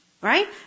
Right